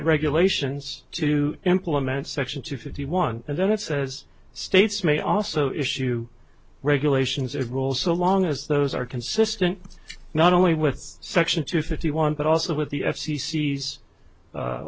regulations to implement section two fifty one and then it says states may also issue regulations rules so long as those are consistent not only with section two fifty one but also with the f